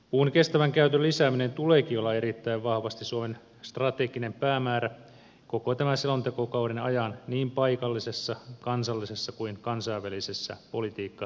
puun kestävän käytön lisääminen tuleekin olla erittäin vahvasti suomen strateginen päämäärä koko tämän selontekokauden ajan niin paikallisissa kansallisissa kuin kansainvälisissä politiikkatoimissa